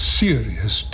serious